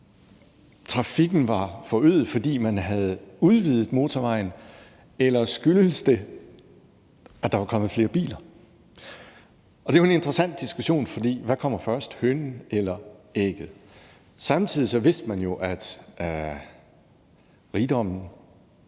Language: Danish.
trafikken var forøget, at man havde udvidet motorvejen, eller skyldtes det, at der var kommet flere biler? Det er jo en interessant diskussion, for hvad kom først, hønen eller ægget? Samtidig vidste man jo, at rigdommen